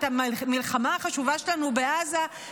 את המלחמה החשובה שלנו בעזה,